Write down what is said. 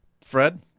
Fred